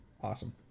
Awesome